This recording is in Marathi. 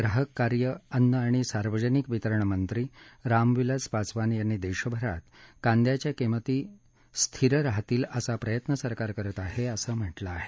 ग्राहक कार्य अन्न आणि सार्वजनिक वितरण मंगी राम विलास पासवान यांनी देशभरात कांद्याच्या किंमती स्थीर राहतील असा प्रयत्न सरकार करत आहे असं म्हटलं आहे